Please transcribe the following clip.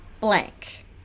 blank